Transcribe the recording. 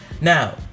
Now